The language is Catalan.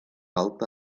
alta